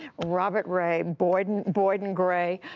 robert ray, boyden boyden gray,